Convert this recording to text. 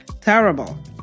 terrible